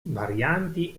varianti